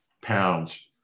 pounds